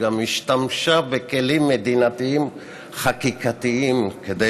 שהשתמשה בכלים מדינתיים-חקיקתיים כדי